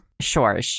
sure